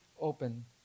open